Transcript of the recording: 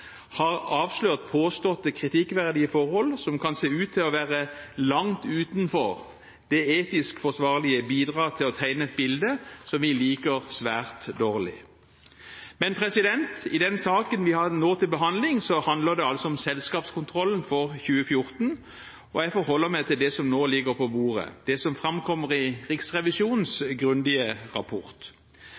har avslørt påståtte kritikkverdige forhold som kan se ut til å være langt utenfor det etisk forsvarlige, bidrar til å tegne et bilde som vi liker svært dårlig. I den saken vi nå har til behandling, handler det om selskapskontrollen for 2014, og jeg forholder meg til det som nå ligger på bordet, det som framkommer i Riksrevisjonens grundige rapport.